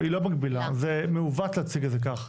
זה מעוות להציג את זה כך.